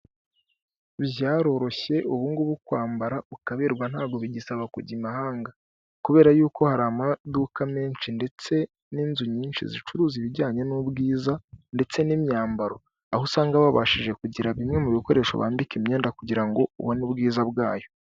Byaroroshye ubungubu kwambara ukaberwa ntago bigisaba kujya imahanga; kubera yuko hari amaduka menshi ndetse n'inzu nyinshi zicuruza ibijyanye n'ubwiza ndetse n'imyambaro aho usanga wabashije kugira bimwe mu bikoresho wambika imyenda kugira ngo ubone ubwiza bwayo.